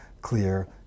clear